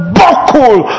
buckle